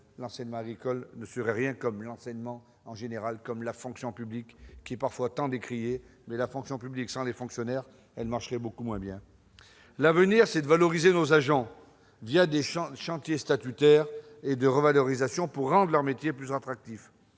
l'enseignement agricole ne serait rien, tout comme l'enseignement en général, ou encore la fonction publique, parfois tant décriée. La fonction publique, sans les fonctionnaires, marcherait beaucoup moins bien ! L'avenir, c'est de valoriser nos agents des chantiers statutaires et de revalorisation pour rendre leurs métiers plus attractifs.